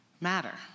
matter